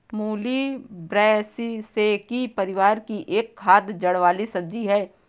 मूली ब्रैसिसेकी परिवार की एक खाद्य जड़ वाली सब्जी है